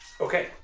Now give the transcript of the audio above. Okay